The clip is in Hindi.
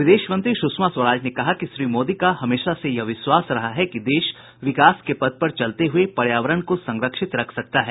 विदेश मंत्री स्षमा स्वराज ने कहा कि श्री मोदी का हमेशा यह विश्वास रहा है कि देश विकास के पथ पर चलते हुए पर्यावरण को संरक्षित रख सकता है